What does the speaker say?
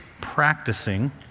practicing